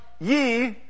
ye